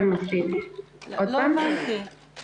זה